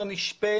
הר נשפה